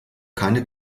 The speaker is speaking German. keine